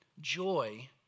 Joy